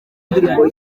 ndirimbo